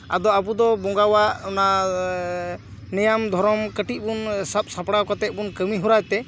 ᱟᱫᱚ ᱟᱵᱚ ᱫᱚ ᱵᱚᱸᱜᱟᱣᱟᱜ ᱚᱱᱟ ᱱᱮᱭᱟᱢ ᱫᱷᱚᱨᱚᱢ ᱠᱟᱹᱴᱤᱡ ᱵᱚᱱ ᱥᱟᱯᱼᱥᱟᱯᱲᱟᱣ ᱠᱟᱛᱮ ᱵᱚᱱ ᱠᱟᱹᱢᱤᱦᱚᱨᱟᱭ ᱛᱮ